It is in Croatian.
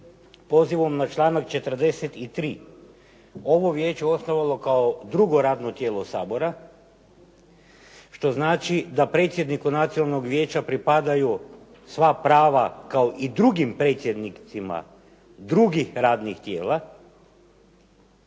pozivom na članak 43. ovo vijeće osnovalo kao drugo radno tijelo Sabora, što znači da predsjedniku Nacionalnog vijeća pripadaju sva prava kao i drugim predsjednicima drugih radnih tijela